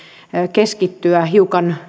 keskittyä hiukan